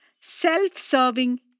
self-serving